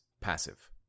passive